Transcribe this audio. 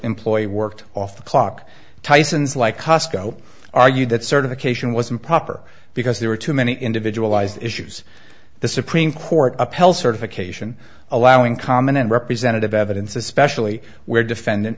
employee worked off the clock tyson's like cosco argued that certification was improper because there were too many individual eyes issues the supreme court upheld certification allowing common and representative evidence especially where defendant